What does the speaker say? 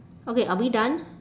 okay are we done